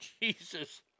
Jesus